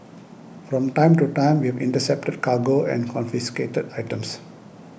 from time to time we have intercepted cargo and confiscated items